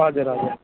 हजुर हजुर